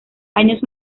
años